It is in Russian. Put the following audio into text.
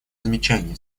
замечаний